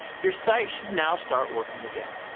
your site should now start working again.